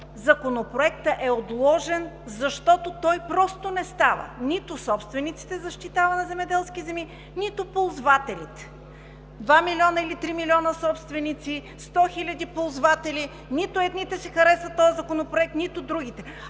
законопроектът е отложен, защото той просто не става – нито собствениците на земеделски земи защитава, нито ползвателите. Два милиона или три милиона собственици, сто хиляди ползватели – нито едните харесват този законопроект, нито другите.